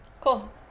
Cool